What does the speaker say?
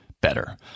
better